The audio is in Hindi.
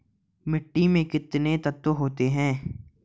मिट्टी में कितने तत्व होते हैं?